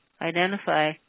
identify